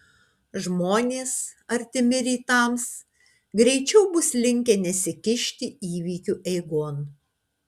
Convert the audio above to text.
žmonės artimi rytams greičiau bus linkę nesikišti įvykių eigon